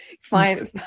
Fine